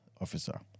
officer